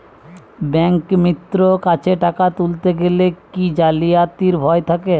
ব্যাঙ্কিমিত্র কাছে টাকা তুলতে গেলে কি জালিয়াতির ভয় থাকে?